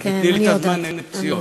רק תיתני לי את זמן הפציעות,